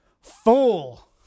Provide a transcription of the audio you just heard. fool